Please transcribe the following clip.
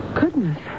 Goodness